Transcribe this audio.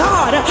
God